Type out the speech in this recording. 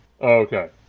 okay